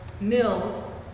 mills